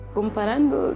Comparando